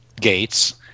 Gates